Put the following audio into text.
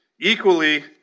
Equally